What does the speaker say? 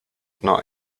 not